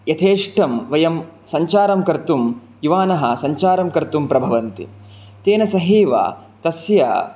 यथेष्टं वयं सञ्चारं कर्तुं युवानः सञ्चारं कर्तुं प्रभवन्ति तेन सहैव तस्य